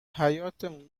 حیاطه